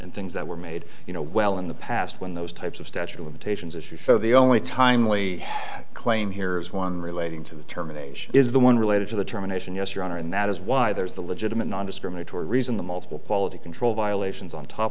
and things that were made you know well in the past when those types of statute of limitations issue show the only timely claim here is one relating to the terminate is the one related to the terminations yes your honor and that is why there's the legitimate nondiscriminatory reason the multiple quality control violations on top